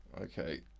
Okay